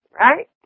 right